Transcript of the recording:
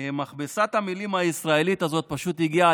מכבסת המילים הישראלית הזאת פשוט הגיעה